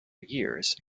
years